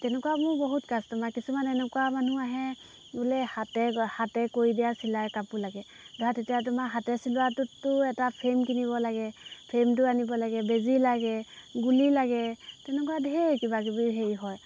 তেনেকুৱা মোৰ বহুত কাষ্টমাৰ কিছুমান এনেকুৱা মানুহ আহে বোলে হাতে হাতে কৰি দিয়া চিলাই কাপোৰ লাগে ধৰা তেতিয়া তোমাৰ হাতে চিলোৱাটোততো এটা ফ্ৰেম কিনিব লাগে ফ্ৰেমটো আনিব লাগে বেজী লাগে গুলি লাগে তেনেকুৱা ধেৰ কিবা কিবি হেৰি হয়